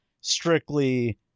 strictly